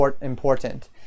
important